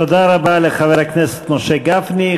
תודה רבה לחבר הכנסת משה גפני.